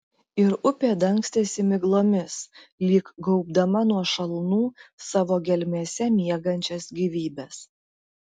ir upė dangstėsi miglomis lyg gaubdama nuo šalnų savo gelmėse miegančias gyvybes